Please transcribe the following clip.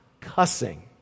cussing